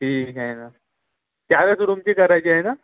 ठीक आहे ना चारच रूमची करायची आहे का